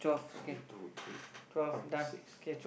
one two three five six